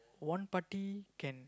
one party can